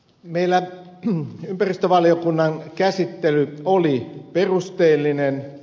meillä ympäristövaliokunnan käsittely oli perusteellinen